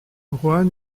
juan